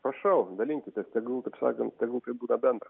prašau dalinkitės tegul sakanttegul būna bendra